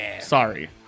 Sorry